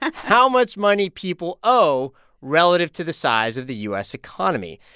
how much money people owe relative to the size of the u s. economy.